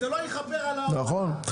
נכון.